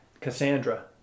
cassandra